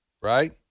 right